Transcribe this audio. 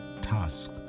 task